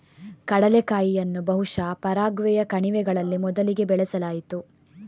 ಕಡಲೆಕಾಯಿಯನ್ನು ಬಹುಶಃ ಪರಾಗ್ವೆಯ ಕಣಿವೆಗಳಲ್ಲಿ ಮೊದಲಿಗೆ ಬೆಳೆಸಲಾಯಿತು